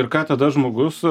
ir ką tada žmogus